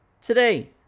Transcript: today